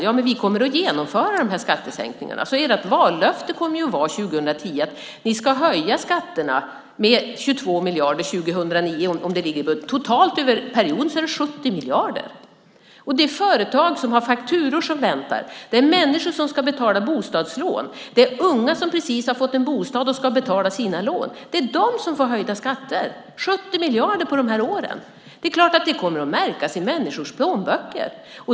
Ja, men vi kommer att genomföra de här skattesänkningarna. Ert vallöfte 2010 kommer ju att vara att ni ska höja skatterna med 22 miljarder 2009 om det ligger i budget. Totalt över perioden är det 70 miljarder. Det är företag som har fakturor som väntar, människor som ska betala bostadslån och unga som precis har fått en bostad och ska betala sina lån som får höjda skatter. 70 miljarder på de här åren - det är klart att det kommer att märkas i människors plånböcker.